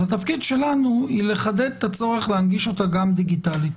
אז התפקיד שלנו הוא לחדד את הצורך להנגיש אותה גם דיגיטלית.